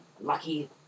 lucky